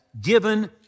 given